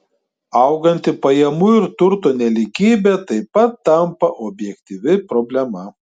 auganti pajamų ir turto nelygybė taip pat tampa objektyvia problema